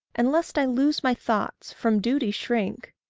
and lest i lose my thoughts, from duty shrink.